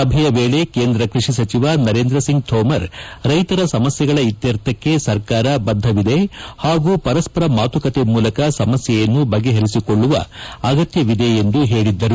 ಸಭೆಯ ವೇಳಿ ಕೇಂದ್ರ ಕ್ಪಡಿ ಸಚಿವ ನರೇಂದ್ರಸಿಂಗ್ ತೋಮರ್ ರೈತರ ಸಮಸ್ನೆಗಳ ಇತ್ಯರ್ಥಕ್ಕೆ ಸರ್ಕಾರ ಬದ್ದವಿದೆ ಹಾಗೂ ಪರಸ್ಸರ ಮಾತುಕತೆ ಮೂಲಕ ಸಮಸ್ಕೆಯನ್ನು ಬಗೆಹರಿಸಿಕೊಳ್ಳುವ ಅಗತ್ಯವಿದೆ ಎಂದು ಹೇಳಿದ್ದರು